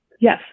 Yes